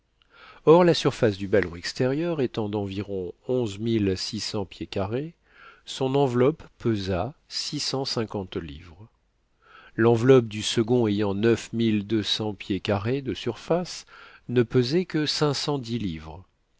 or la surface du ballon extérieur étant d'environ onze mille six cents pieds carrés son enveloppe pesa six cent cinquante livres lenveloppe du second ayant neuf mille deux cents pieds carrés de surface ne pesait que cinq cent dix livres